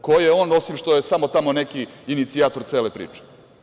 Ko je on, osim što je tamo samo neki inicijator cele priče?